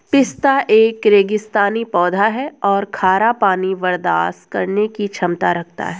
पिस्ता एक रेगिस्तानी पौधा है और खारा पानी बर्दाश्त करने की क्षमता रखता है